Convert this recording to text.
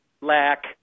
lack